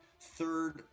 third